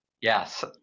Yes